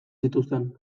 zituzten